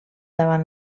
davant